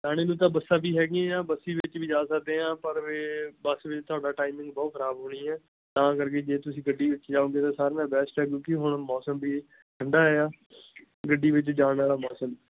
ਜਾਣੇ ਨੂੰ ਤਾਂ ਬੱਸਾਂ ਵੀ ਹੈਗੀਆਂ ਬੱਸੀ ਵਿੱਚ ਵੀ ਜਾ ਸਕਦੇ ਹਾਂ ਪਰ ਫਿਰ ਬੱਸ ਵਿੱਚ ਤੁਹਾਡਾ ਟਾਈਮਿੰਗ ਬਹੁਤ ਖਰਾਬ ਹੋਣੀ ਆ ਤਾਂ ਕਰਕੇ ਜੇ ਤੁਸੀਂ ਗੱਡੀ ਵਿੱਚ ਜਾਓਂਗੇ ਤਾਂ ਸਾਰਿਆਂ ਨਾਲੋਂ ਬੈਸਟ ਆ ਕਿਉਂਕਿ ਹੁਣ ਮੌਸਮ ਵੀ ਠੰਢਾ ਆ ਗੱਡੀ ਵਿੱਚ ਜਾਣ ਵਾਲਾ ਮੌਸਮ